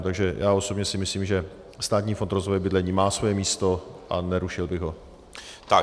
Takže já osobně si myslím, že Státní fond rozvoje bydlení má svoje místo, a nerušil bych ho.